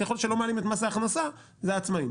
ככל שלא מעלים את מס ההכנסה זה העצמאים.